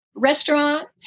restaurant